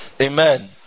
Amen